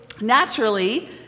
naturally